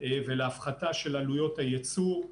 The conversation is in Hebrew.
ולהפחתה של עלויות הייצור.